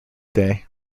day